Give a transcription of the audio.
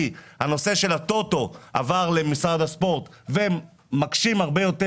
כי הנושא של הטוטו עבר למשרד הספורט והם מקשים יותר,